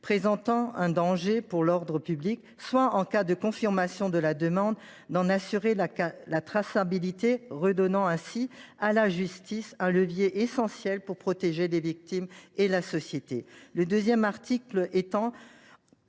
présentant un danger pour l’ordre public, soit, en cas de confirmation de la demande, d’en assurer la traçabilité, redonnant ainsi à la justice un levier essentiel pour protéger les victimes et la société. L’article 2 étend